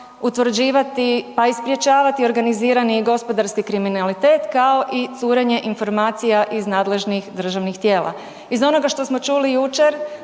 utvrđivati pa i sprječavati organizirani gospodarski kriminalitet kao i curenje informacija iz nadležnih državnih tijela. Iz onoga što smo čuli jučer